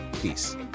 peace